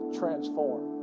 transform